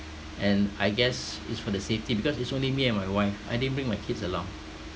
and I guess it's for the safety because it's only me and my wife I didn't bring my kids along